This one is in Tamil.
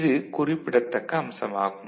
இது குறிப்பிடத்தக்க அம்சமாகும்